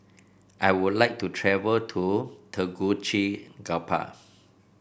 I would like to travel to Tegucigalpa